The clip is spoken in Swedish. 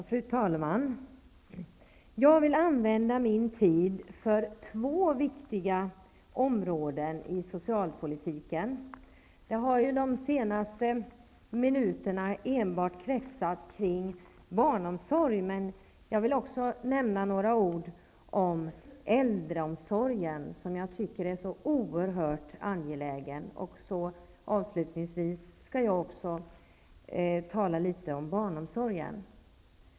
Fru talman! Jag vill använda min tid för två viktiga områden i socialpolitiken. De senaste minuterna har debatten bara kretsat kring barnomsorgen, men jag vill också säga några ord om äldreomsorgen, som jag tycker är oerhört angelägen. Avslutningsvis vill jag också tala litet om barnomsorgen.